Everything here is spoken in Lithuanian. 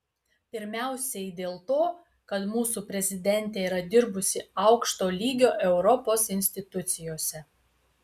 pirmiausiai dėl to kad mūsų prezidentė yra dirbusi aukšto lygio europos institucijose